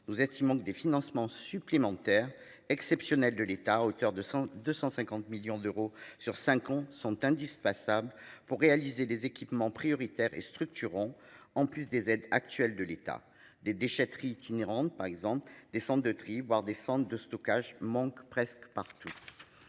nous estimons que des financements supplémentaires exceptionnelle de l'État à hauteur de 100, 250 millions d'euros sur 5 ans sont indispensables pour réaliser des équipements prioritaires et structurant. En plus des aides actuelles de l'état des déchetteries qui par exemple des centres de tri boire des formes de stockage, manquent presque partout.